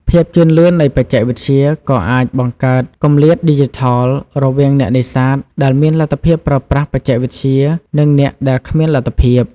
ភាពជឿនលឿននៃបច្ចេកវិទ្យាក៏អាចបង្កើតគម្លាតឌីជីថលរវាងអ្នកនេសាទដែលមានលទ្ធភាពប្រើប្រាស់បច្ចេកវិទ្យា និងអ្នកដែលគ្មានលទ្ធភាព។